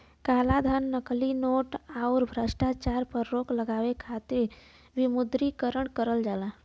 कालाधन, नकली नोट, आउर भ्रष्टाचार पर रोक लगावे खातिर विमुद्रीकरण करल जाला